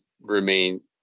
remain